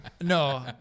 No